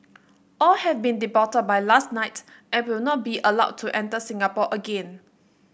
all have been deported by last night and will not be allowed to enter Singapore again